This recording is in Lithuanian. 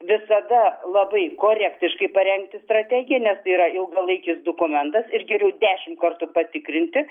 visada labai korektiškai parengti strategiją nes tai yra ilgalaikis dokumentas ir geriau dešimt kartų patikrinti